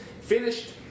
Finished